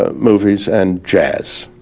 ah movies and jazz.